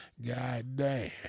Goddamn